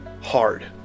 hard